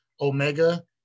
Omega